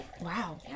Wow